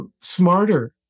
smarter